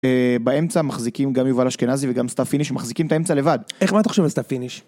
באמצע מחזיקים גם יובל אשכנזי וגם סטאפיניש שמחזיקים את האמצע לבד. איך מה אתה חושב על סטאפיניש?